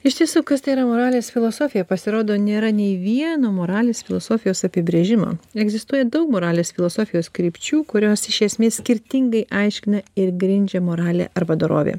iš tiesų kas tai yra moralės filosofija pasirodo nėra nei vieno moralės filosofijos apibrėžimo egzistuoja daug moralės filosofijos krypčių kurios iš esmės skirtingai aiškina ir grindžia moralę arba dorovę